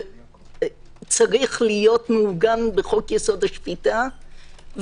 צריך להיות מעוגן בחוק יסוד: השפיטה,